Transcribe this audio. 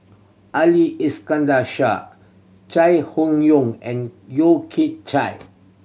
Ali Iskandar Shah Chai Hon Yoong and Yeo Kian Chai